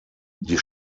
die